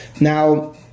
Now